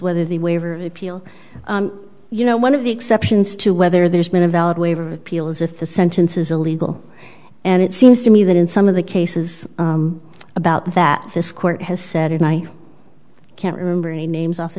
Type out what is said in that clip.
whether the waiver of appeal you know one of the exceptions to whether there's been a valid waiver of appeal is if the sentence is illegal and it seems to me that in some of the cases about that this court has said and i can't remember any names off the